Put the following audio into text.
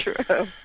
true